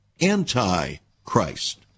anti-Christ